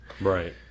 Right